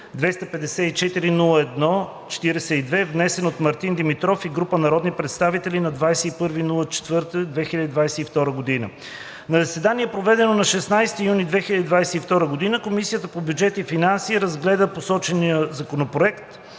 47-254-01-42, внесен от Мартин Димитров и група народни представители на 21 април 2022 г. На заседание, проведено на 16 юни 2022 г., Комисията по бюджет и финанси разгледа посочения законопроект.